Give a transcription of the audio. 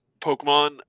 Pokemon